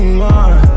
more